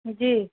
جی